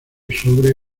sobre